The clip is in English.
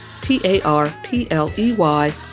T-A-R-P-L-E-Y